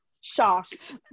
shocked